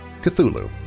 Cthulhu